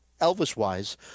Elvis-wise